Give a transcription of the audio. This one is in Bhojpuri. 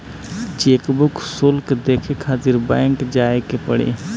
चेकबुक शुल्क देखे खातिर बैंक जाए के पड़ी